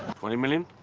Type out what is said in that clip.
twenty million?